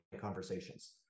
conversations